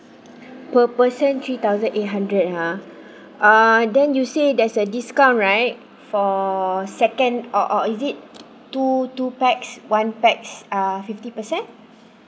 per person three thousand eight hundred !huh! uh then you say there's a discount right for second or or is it two two pax one pax uh fifty percent